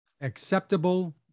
acceptable